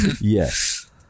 Yes